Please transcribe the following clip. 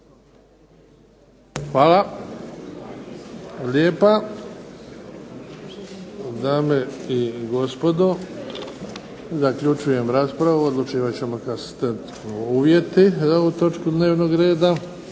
Hvala lijepa. Dame i gospodo, zaključujem raspravu. Odlučivat ćemo kad se steknu uvjeti za ovu točku dnevnog reda.